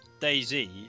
Daisy